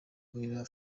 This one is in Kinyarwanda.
gorilla